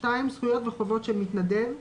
זכויות וחובות של מתנדב,